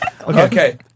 Okay